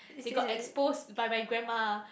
they got exposed by my grandma